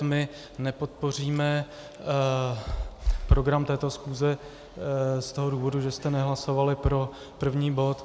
My nepodpoříme program této schůze z toho důvodu, že jste nehlasovali pro první bod.